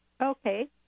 Okay